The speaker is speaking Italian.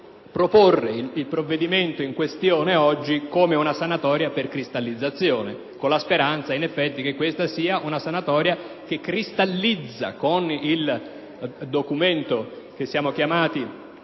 proporre il provvedimento in questione come una sanatoria per cristallizzazione, con la speranza cioè che questa sia una sanatoria che cristallizza, con il documento che siamo chiamati